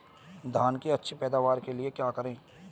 धान की अच्छी पैदावार के लिए क्या करें?